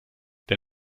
der